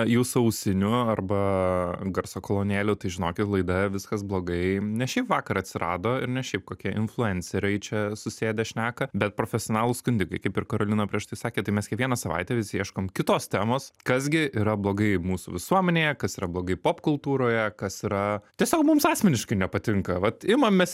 jūsų ausinių arba garso kolonėlių tai žinokit laida viskas blogai ne šiaip vakar atsirado ir ne šiaip kokie influenceriai čia susėdę šneka bet profesionalūs skundikai kaip ir karolina prieš tai sakė tai mes kiekvieną savaitę vis ieškom kitos temos kas gi yra blogai mūsų visuomenėje kas yra blogai popkultūroje kas yra tiesiog mums asmeniškai nepatinka vat imam mes